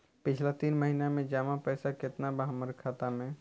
पिछला तीन महीना के जमा पैसा केतना बा हमरा खाता मे?